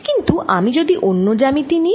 কিন্তু আমি যদি অন্য জ্যামিতি নিই